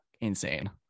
insane